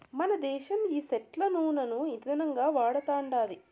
మనదేశం ఈ సెట్ల నూనను ఇందనంగా వాడతండాది